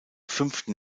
fünften